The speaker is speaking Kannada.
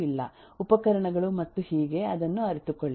ಉಪಕರಣಗಳು ಮತ್ತು ಹೀಗೆ ಅದನ್ನು ಅರಿತುಕೊಳ್ಳಿ